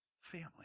family